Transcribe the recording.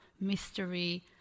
mystery